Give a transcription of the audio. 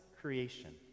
creation